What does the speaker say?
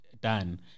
done